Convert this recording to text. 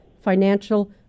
financial